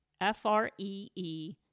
F-R-E-E